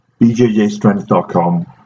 bjjstrength.com